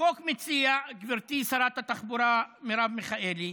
החוק מציע, גברתי שרת התחבורה מרב מיכאלי,